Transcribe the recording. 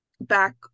back